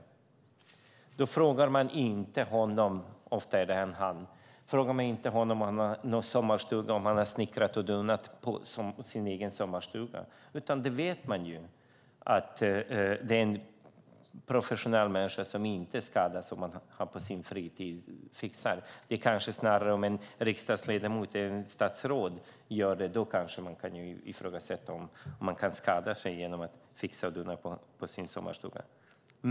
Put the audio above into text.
Man frågar inte honom - ofta är det en han - om han har donat med och snickrat på sin egen sommarstuga. Man vet ju att det är en professionell människa som inte skadas om han fixar på sin fritid - om det är riksdagsledamöter eller statsråd kanske man kan ifrågasätta om de inte kan skada sig genom att fixa och dona med sin sommarstuga.